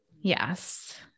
yes